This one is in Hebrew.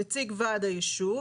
נציג ועד היישוב,